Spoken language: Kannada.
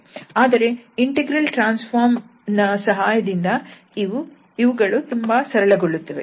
ಆದರೆ ಇಂಟೆಗ್ರಲ್ ಟ್ರಾನ್ಸ್ ಫಾರ್ಮ್ ನ ಸಹಾಯದಿಂದ ಇವುಗಳು ತುಂಬಾ ಸರಳಗೊಳ್ಳುತ್ತವೆ